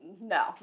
No